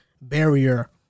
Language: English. barrier